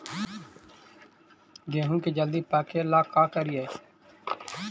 गेहूं के जल्दी पके ल का करियै?